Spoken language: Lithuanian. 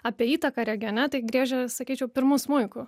apie įtaką regione tai griežia sakyčiau pirmu smuiku